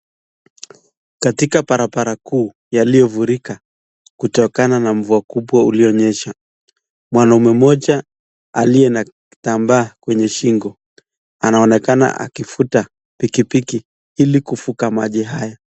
Katika barabara kuu iliyofurika kutokana na mvua kubwa iliyonyesha. Mwanaume mmoja aliye na kitambaa kwenye shingo anaonekana akifuta pikipiki ili kufuka maji haya.